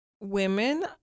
Women